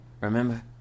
remember